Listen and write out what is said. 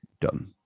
Done